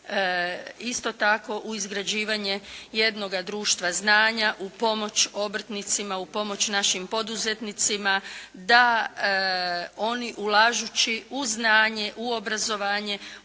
isto tako u izgrađivanje jednoga društva znanja u pomoć obrtnicima, u pomoć našim poduzetnicima da oni ulažući u znanje, u obrazovanje